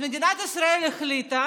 מדינת ישראל החליטה